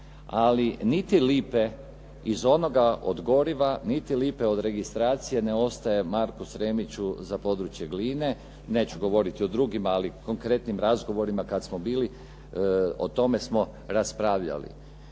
ali niti lipe iz onoga od goriva, niti lipe od registracije ne ostaje Marku Sremiću za područje Gline. Neću govoriti o drugima ali konkretnim razgovorima kad smo bili o tome smo raspravljali.